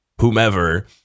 whomever